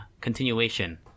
continuation